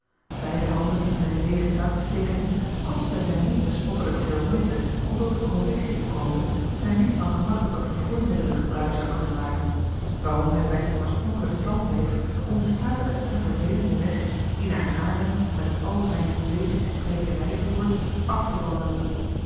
beide handen in zijne leêge zakken stekende kostte het hem niet bespottelijk veel moeite om tot de convictie te komen dat hij niet van gemakkelijke vervoermiddelen gebruik zou kunnen maken waarom hij bij zijn oorspronkelijk plan bleef om den statigen en vervelenden weg die naar haarlem met al zijne bleek en kweekerijen voert af te wandelen